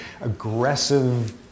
aggressive